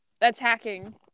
attacking